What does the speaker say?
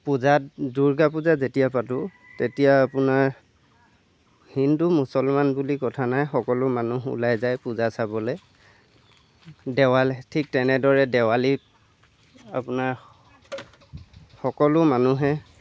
পূজাত দুৰ্গা পূজা যেতিয়া পাতোঁ তেতিয়া আপোনাৰ হিন্দু মুছলমান বুলি কথা নাই সকলো মানুহ ওলাই যায় পূজা চাবলৈ দেৱালী ঠিক তেনেদৰে দেৱালীত আপোনাৰ সকলো মানুহে